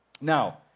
Now